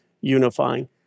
unifying